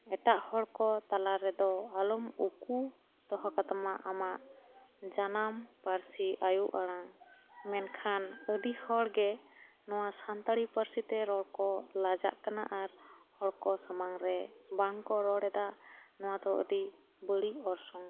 ᱮᱴᱟᱜ ᱦᱚᱲ ᱠᱚ ᱛᱟᱞᱟ ᱨᱮᱫᱚ ᱟᱞᱚᱢ ᱩᱠᱩ ᱫᱚᱦᱚ ᱠᱟᱛᱟᱢᱟ ᱟᱢᱟᱜ ᱡᱟᱱᱟᱢ ᱯᱟᱹᱨᱥᱤ ᱟᱭᱳ ᱟᱲᱟᱝ ᱢᱮᱱᱠᱷᱟᱱ ᱟᱹᱰᱤ ᱦᱚᱲ ᱜᱮ ᱱᱚᱣᱟ ᱥᱟᱱᱛᱟᱲᱤ ᱯᱟᱹᱨᱥᱤᱛᱮ ᱨᱚᱲ ᱠᱚ ᱞᱟᱡᱟᱜ ᱠᱟᱱᱟ ᱟᱨ ᱦᱚᱲ ᱠᱚ ᱥᱟᱢᱟᱝ ᱨᱮ ᱵᱟᱝ ᱠᱚ ᱨᱚᱲᱫᱟ ᱱᱚᱣᱟ ᱫᱚ ᱟᱹᱰᱤ ᱵᱟᱹᱲᱤᱡ ᱚᱨᱥᱚᱝ ᱠᱟᱱᱟ